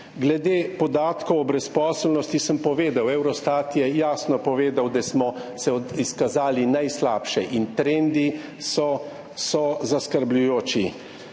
Glede podatkov o brezposelnosti sem povedal, Eurostat je jasno povedal, da smo se izkazali najslabše, in trendi so zaskrbljujoči.